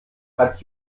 hat